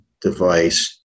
device